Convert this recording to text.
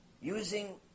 using